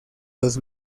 los